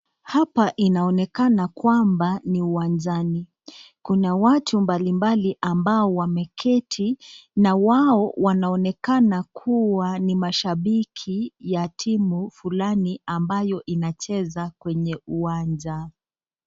Hapa inaonekana kwamba ni uwanjani. Kuna watu mbali mbali ambao wameketi na wao wanaonekana kua ni mashabiki wa timu fulani amabayo inacheza kwenye uwanja.